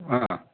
हा